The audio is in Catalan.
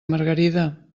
margarida